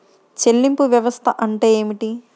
చెల్లింపు వ్యవస్థ అంటే ఏమిటి?